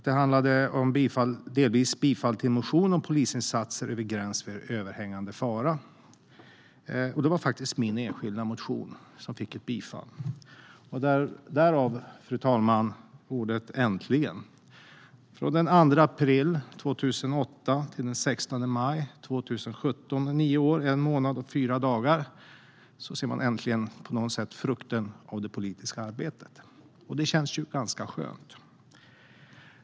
Det handlade om delvis bifall till en motion om polisinsatser över gräns vid överhängande fara. Det var faktiskt min enskilda motion som fick ett bifall. Därför, fru talman, vill jag använda ordet "äntligen". Mellan den 2 april 2008 och den 16 maj 2017 är det mer än nio år och en månad. Nu ser man äntligen på något sätt frukten av det politiska arbetet. Det känns ganska skönt.